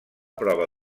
prova